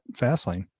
Fastlane